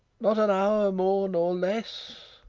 not an hour more nor less